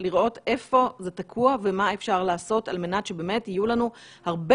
לראות איפה זה תקוע ומה אפשר לעשות על מנת שבאמת יהיו לנו הרבה